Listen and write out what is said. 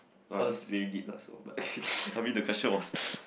!wah! this really deep lah so but I mean the question was